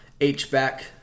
H-back